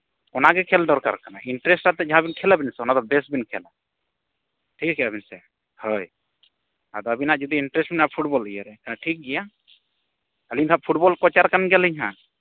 ᱚᱱᱟ ᱜᱮ ᱠᱷᱮᱹᱞ ᱫᱚᱨᱠᱟᱨ ᱠᱟᱱᱟ ᱤᱱᱴᱟᱨᱮᱥᱴ ᱠᱟᱛᱮᱫ ᱡᱟᱦᱟᱸ ᱵᱤᱱ ᱠᱷᱮᱹᱞᱟ ᱚᱱᱟ ᱫᱚ ᱵᱮᱥ ᱵᱤᱱ ᱠᱷᱮᱹᱞᱟ ᱴᱷᱤᱠᱟᱹ ᱠᱮᱜᱼᱟ ᱵᱤᱱ ᱥᱮ ᱦᱳᱭ ᱟᱫᱚ ᱟᱹᱵᱤᱱᱟᱜ ᱡᱩᱫᱤ ᱤᱱᱴᱟᱹᱨᱮᱥᱴ ᱦᱮᱱᱟᱜᱼᱟ ᱯᱷᱩᱴᱵᱚᱞ ᱤᱭᱟᱹ ᱨᱮ ᱮᱱᱠᱷᱟᱱ ᱴᱷᱤᱠᱜᱮᱭᱟ ᱟᱹᱞᱤᱧ ᱫᱚ ᱦᱟᱸᱜ ᱯᱷᱩᱴᱵᱚᱞ ᱠᱳᱪᱟᱨ ᱠᱟᱱ ᱜᱮᱭᱟᱞᱤᱧ ᱦᱟᱸᱜ